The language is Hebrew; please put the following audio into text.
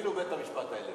אפילו בית-המשפט העליון.